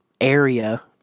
area